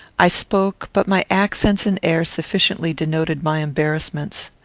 i spoke, but my accents and air sufficiently denoted my embarrassments